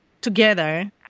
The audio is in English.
together